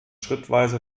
schrittweise